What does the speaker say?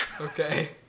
Okay